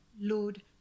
Lord